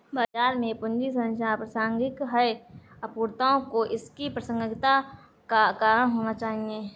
बाजार में पूंजी संरचना अप्रासंगिक है, अपूर्णताओं को इसकी प्रासंगिकता का कारण होना चाहिए